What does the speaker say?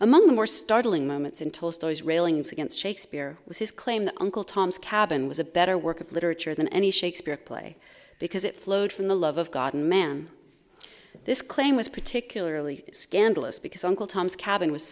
among the more startling moments in tolstoy's railings against shakespeare was his claim that uncle tom's cabin was a better work of literature than any shakespeare play because it flowed from the love of god and man this claim was particularly scandalous because uncle tom's cabin was